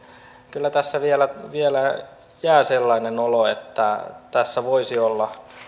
kyllä tässä vielä vielä jää sellainen olo että tässä voisi olla